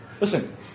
Listen